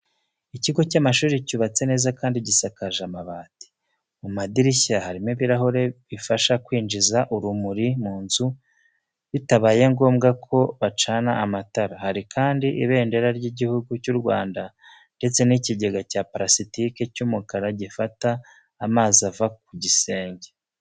Ikigo cy'amashuri cyubatse neza kandi gisakaje amabati. Mu madirishya harimo ibirahure bifasha kwinjiza urumuri mu nzu bitabaye ngombwa ko bacana amatara. Hari kandi ibendera ry'Igihugu cy'u Rwanda ndetse n'ikigega cya purasitike cy'umukara gifata amazi ava ku gisenge.